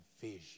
vision